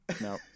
No